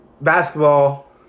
basketball